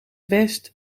west